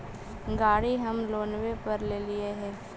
गाड़ी हम लोनवे पर लेलिऐ हे?